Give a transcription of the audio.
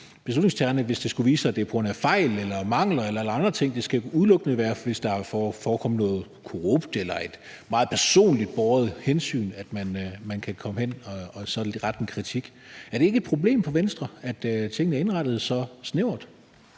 beslutningstagerne, hvis det skulle vise sig, at det er på grund af fejl eller mangler eller andre ting. Det skal udelukkende være, hvis der er forekommet noget korrupt eller et meget personligt båret hensyn, at man kan rette en kritik. Er det ikke et problem for Venstre, at tingene er indrettet så snævert?